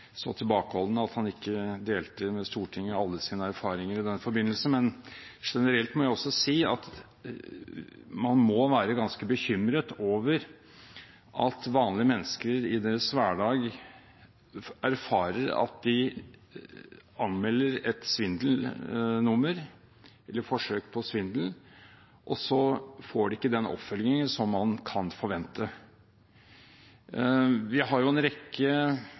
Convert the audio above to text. så tilbakeholden at han ikke delte med Stortinget alle sine erfaringer i den forbindelse. Generelt må jeg også si at man må være ganske bekymret over at vanlige mennesker i sin hverdag erfarer at de kan anmelde et svindelnummer eller et forsøk på svindel, og så får det ikke den oppfølgingen som man kan forvente. Vi har en rekke